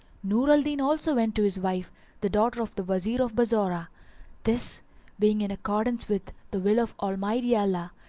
nur al-din also went to his wife the daughter of the wazir of bassorah this being in accordance with the will of almighty allah,